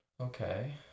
Okay